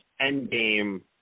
endgame